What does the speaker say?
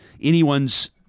anyone's